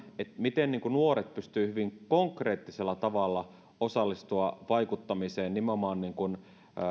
miten nuoret pystyvät hyvin konkreettisella tavalla osallistumaan vaikuttamiseen nimenomaan